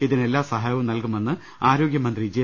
ഇതിന് എല്ലാ സഹായവും നൽകുമെന്ന് ആരോഗ്യമന്ത്രി ജെ